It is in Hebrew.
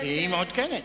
היא מעודכנת.